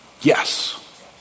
Yes